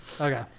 Okay